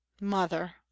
mother